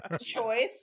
choice